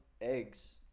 eggs